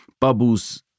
Bubbles